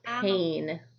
pain